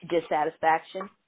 dissatisfaction